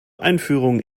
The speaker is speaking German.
einführung